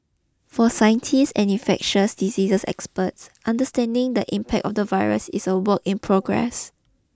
for scientists and infectious diseases experts understanding the impact of the virus is a work in progress